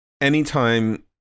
anytime